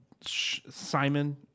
Simon